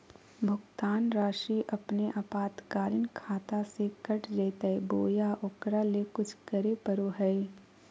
भुक्तान रासि अपने आपातकालीन खाता से कट जैतैय बोया ओकरा ले कुछ करे परो है?